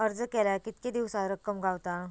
अर्ज केल्यार कीतके दिवसात रक्कम गावता?